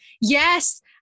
Yes